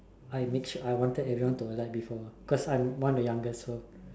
I mix I wanted everyone to alight before cause I'm one of the youngest so